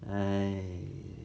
!ai!